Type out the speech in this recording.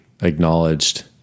acknowledged